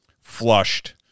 flushed